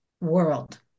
world